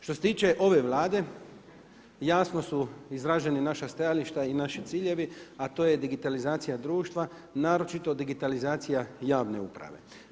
Što se tiče ove Vlade jasno su izražena naša stajališta i naši ciljevi, a to je digitalizacija društva naročito digitalizacija javne uprave.